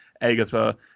Agatha